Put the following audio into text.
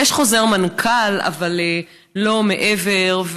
יש חוזר מנכ"ל, אבל לא מעבר.